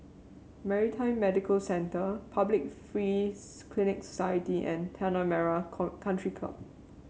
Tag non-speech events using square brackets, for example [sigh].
Maritime Medical Centre Public Free [unintelligible] Clinic Society and Tanah Merah Co Country Club